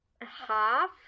half